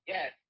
Yes